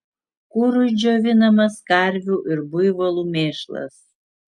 kurui džiovinamas karvių ir buivolų mėšlas